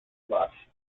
lush